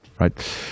right